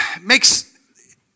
makes